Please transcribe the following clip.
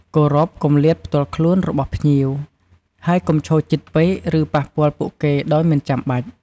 គោរពគម្លាតផ្ទាល់ខ្លួនរបស់ភ្ញៀវ ហើយកុំឈរជិតពេក ឬប៉ះពាល់ពួកគេដោយមិនចាំបាច់។